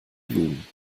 blumen